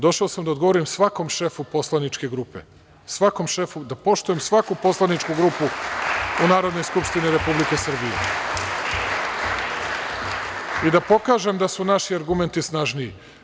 Došao sam da odgovorim svakom šefu poslaničke grupe, da ispoštujem svaku poslaničku grupu u Narodnoj skupštini Republike Srbije i da pokažem da su naši argumenti snažni.